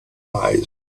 eyes